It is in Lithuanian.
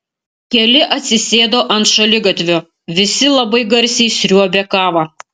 keli atsisėdo ant šaligatvio visi labai garsiai sriuobė kavą